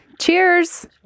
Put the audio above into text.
Cheers